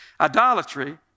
idolatry